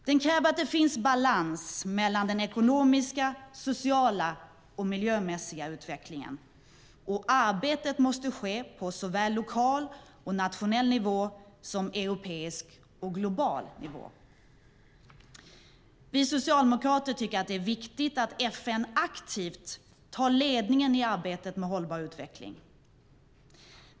Den kräver att det finns balans mellan den ekonomiska, sociala och miljömässiga utvecklingen, och arbetet måste ske på såväl lokal och nationell nivå som europeisk och global nivå. Vi socialdemokrater tycker att det är viktigt att FN aktivt tar ledningen i arbetet med hållbar utveckling.